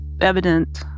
evident